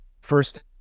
first